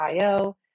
io